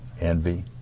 Envy